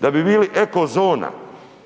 Da bi bili eko zona